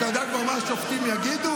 אתה יודע כבר מה השופטים יגידו?